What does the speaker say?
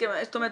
זאת אומרת,